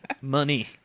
money